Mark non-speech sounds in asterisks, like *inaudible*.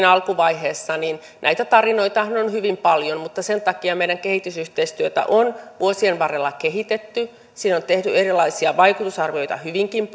*unintelligible* alkuvaiheessa niin näitä tarinoitahan on hyvin paljon mutta sen takia meidän kehitysyhteistyötä on vuosien varrella kehitetty siitä on tehty erilaisia vaikutusarvioita hyvinkin *unintelligible*